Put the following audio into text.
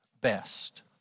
best